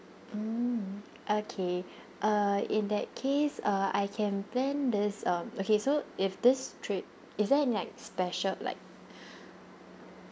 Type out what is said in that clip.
mm okay uh in that case uh I can plan this um okay so if this trip is there any like special like